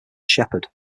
shepherd